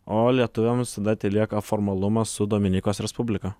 o lietuviams tada telieka formalumas su dominikos respublika